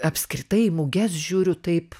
apskritai į muges žiūriu taip